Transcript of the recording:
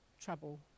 trouble